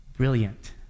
brilliant